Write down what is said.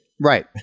Right